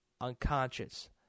unconscious